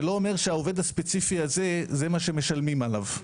זה לא אומר שהעובד הספציפי הזה זה מה שמשלמים עליו.